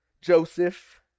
Joseph